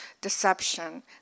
Deception